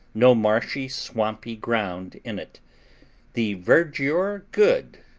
no marshy swampy ground in it the verdure good,